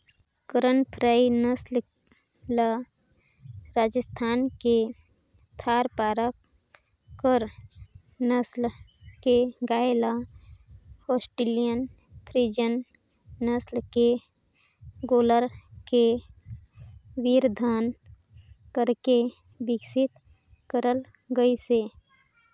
करन फ्राई नसल ल राजस्थान के थारपारकर नसल के गाय ल होल्सटीन फ्रीजियन नसल के गोल्लर के वीर्यधान करके बिकसित करल गईसे